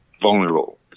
vulnerable